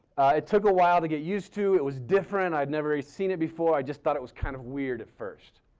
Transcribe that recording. it took a while to get used to. it was different. i've never seen it before. i just thought it was kind of weird at first.